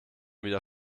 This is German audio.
wieder